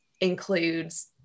includes